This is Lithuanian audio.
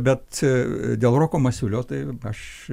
bet dėl roko masiulio tai aš